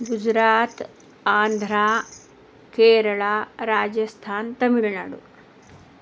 Gujarat Andhra Kerala Rajasthan Tamil Nadu